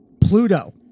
Pluto